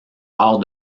rare